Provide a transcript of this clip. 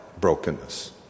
brokenness